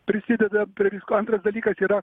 prisideda prie visko antras dalykas yra